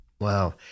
Wow